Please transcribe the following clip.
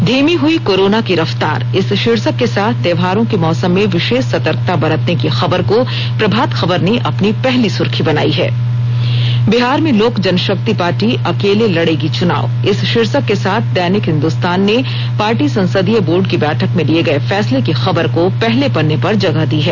धीमी हुई कोरोना की रफतार इस भार्शक के साथ त्योहारों के मौसम में वि ीश सर्तकता बरतने की खबर को प्रभात खबर ने अपनी पहली सुर्खी बनाई है बिहार में लोक जन ाक्ति पार्टी अकेले लड़ेगी चुनाव इस भीर्शक के साथ दैनिक हिन्दुस्तान ने पार्टी संसदीय बोर्ड की बैठक में लिए गए फैसले की खबर को पहले पन्ने पर जगह दी है